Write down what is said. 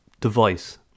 device